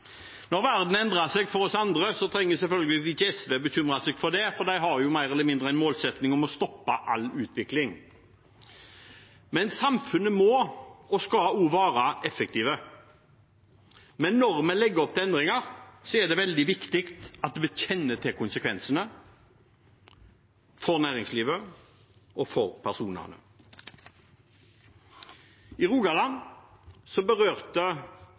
Når verden endrer seg for oss andre, trenger selvfølgelig ikke SV bekymre seg for det, for de har jo mer eller mindre en målsetting om å stoppe all utvikling. Men samfunnet må og skal være effektivt. Når vi legger opp til endringer, er det veldig viktig at vi kjenner til konsekvensene for næringslivet og for personene. I Rogaland berørte